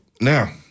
Now